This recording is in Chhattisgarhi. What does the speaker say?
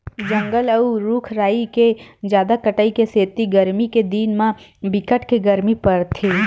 जंगल अउ रूख राई के जादा कटाई के सेती गरमी के दिन म बिकट के गरमी परथे